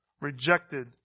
rejected